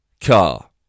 car